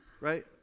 right